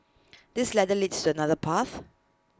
this ladder leads to another path